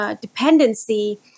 dependency